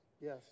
Yes